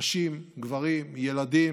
נשים, גברים, ילדים,